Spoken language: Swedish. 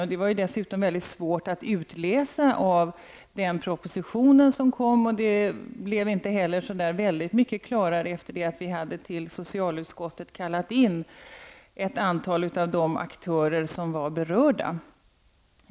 Dessutom var det väldigt svårt att utläsa av propositionen vilket resultatet blir, och vi fick inte heller någon större klarhet efter det att ett antal av de aktörer som var berörda hade kallats in till socialutskottet.